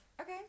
Okay